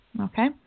Okay